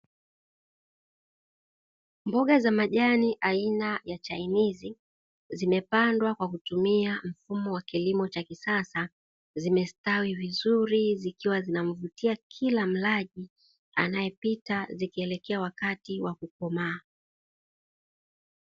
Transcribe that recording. Mboga za majani aina ya chainizi zimepandwa kwa kutumia mfumo wa kilimo cha kisasa zimestawi vizuri, zikiwa zina mvutia kila mlaji anayepita zikielekea wakati wa kukomaa.